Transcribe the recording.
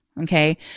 Okay